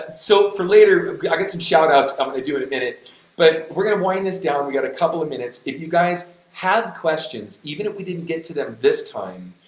ah so, for later, i get some shout-outs, i'm gonna do in a minute but we're gonna wind this down we got a couple of minutes if you guys have questions, even if we didn't get to them this time,